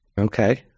Okay